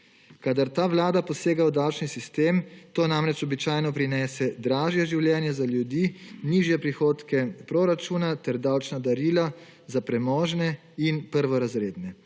Kadar ta Vlada posega v davčni sistem, to je namreč običajno prinese dražje življenje za ljudi, nižje prihodke proračuna ter davčna darila za premožne in prvorazredne.